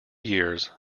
years